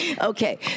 Okay